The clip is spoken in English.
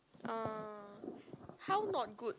uh how not good